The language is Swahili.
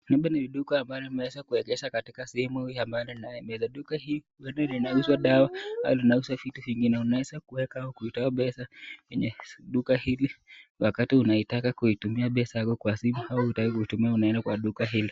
Hili ni duka ambalo limeweza kuwekezwa katika sehemu ambayo inapendeza. Duka hii inauza dawa au inauza vitu vingine, unaweza kuweka au kutoa pesa kwenye duka hili wakati unaitaka kuitumia pesa yako kwa simu au hutaki kuitumia unaenda kwa duka hili.